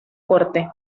corte